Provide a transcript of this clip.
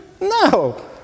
No